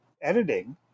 editing